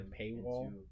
paywall